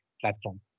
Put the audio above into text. platform